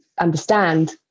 understand